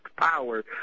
power